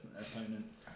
opponent